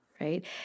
Right